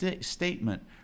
statement